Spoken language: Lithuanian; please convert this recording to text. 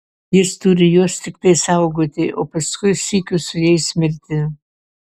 jis turi juos tiktai saugoti o paskui sykiu su jais mirti